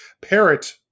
parrot